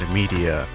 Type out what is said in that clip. media